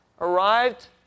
arrived